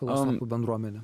filosofų bendruomenė